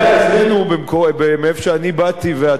מאיפה שאני באתי ואתה עדיין שם,